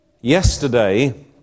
Yesterday